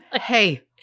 Hey